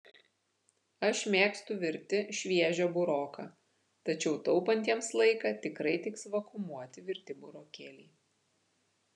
aš mėgstu virti šviežią buroką tačiau taupantiems laiką tikrai tiks vakuumuoti virti burokėliai